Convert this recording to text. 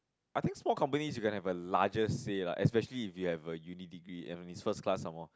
I think small company you can have a larger say lah especially if you have a Uni degree and if it's first class some more